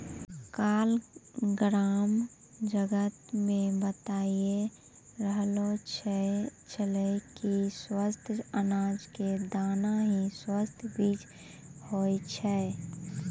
काल ग्राम जगत मॅ बताय रहलो छेलै कि स्वस्थ अनाज के दाना हीं स्वस्थ बीज होय छै